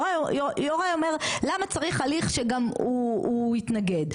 יוראי אומר למה צריך הליך שגם הוא יתנגד?